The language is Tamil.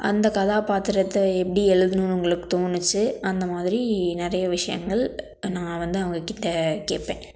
அந்த கதாபாத்திரத்தை எப்படி எழுதணுன்னு உங்களுக்கு தோணுச்சு அந்த மாதிரி நிறைய விஷயங்கள் நான் வந்து அவங்கக் கிட்டே கேட்பேன்